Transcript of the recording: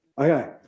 Okay